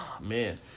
man